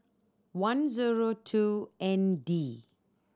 one zero two N D